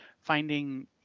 finding